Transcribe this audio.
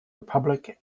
republic